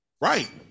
right